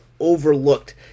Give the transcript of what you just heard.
overlooked